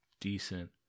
decent